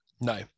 no